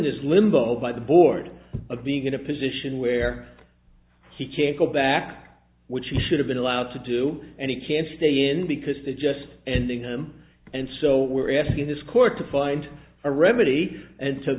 this limbo by the board of being in a position where he can't go back which he should have been allowed to do and he can stay in because they just anding him and so we're asking this court to find a remedy and